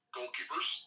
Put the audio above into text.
goalkeepers